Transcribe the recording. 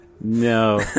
No